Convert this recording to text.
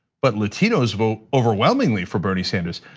but latinos vote overwhelmingly for bernie sanders.